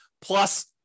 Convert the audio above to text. plus